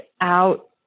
out